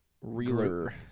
Reeler